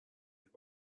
they